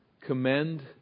commend